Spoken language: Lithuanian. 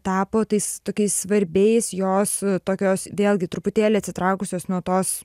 tapo tais tokiais svarbiais jos tokios vėlgi truputėlį atsitraukusios nuo tos